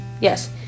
Yes